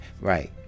right